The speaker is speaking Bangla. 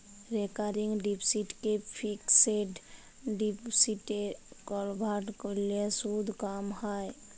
রেকারিং ডিপসিটকে ফিকসেড ডিপসিটে কলভার্ট ক্যরলে সুদ ক্যম হ্যয়